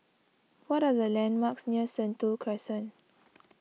what are the landmarks near Sentul Crescent